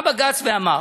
בא בג"ץ ואמר